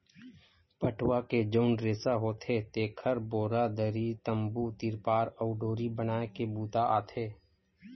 पटवा के जउन रेसा होथे तेखर बोरा, दरी, तम्बू, तिरपार अउ डोरी बनाए के बूता आथे